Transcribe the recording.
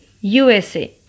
USA